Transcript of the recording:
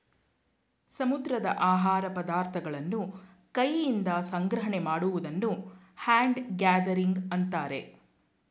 ಸಮುದ್ರದ ಆಹಾರ ಪದಾರ್ಥಗಳನ್ನು ಕೈಯಿಂದ ಸಂಗ್ರಹಣೆ ಮಾಡುವುದನ್ನು ಹ್ಯಾಂಡ್ ಗ್ಯಾದರಿಂಗ್ ಅಂತರೆ